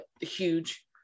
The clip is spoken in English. huge